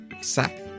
sack